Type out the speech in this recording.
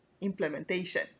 implementation